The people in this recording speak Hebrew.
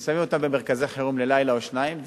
שמים אותם במרכזי חירום ללילה או שניים,